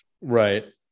Right